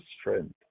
strength